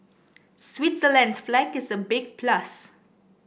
Switzerland's flag is a big plus